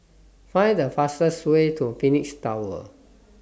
Find The fastest Way to Phoenix Tower